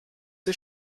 ist